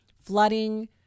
Flooding